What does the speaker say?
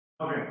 okay